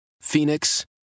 Phoenix